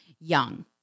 young